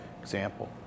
example